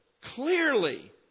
clearly